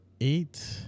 eight